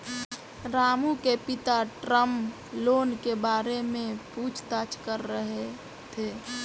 रामू के पिता term loan के बारे में पूछताछ कर रहे थे